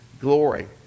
glory